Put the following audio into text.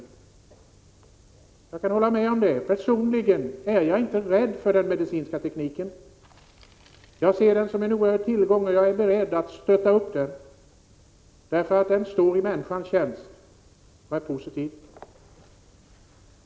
Jag kan hålla med om det. Personligen är jag inte rädd för den medicinska tekniken. Jag ser den som en oerhörd tillgång och är beredd att stötta upp den därför att den står i människans tjänst och är positiv.